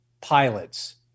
pilots